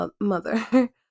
mother